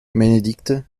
bénédicte